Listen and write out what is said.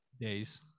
days